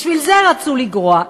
בשביל זה רצו לגרוע.